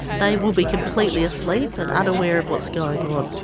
they will be completely asleep and unaware of what's going on.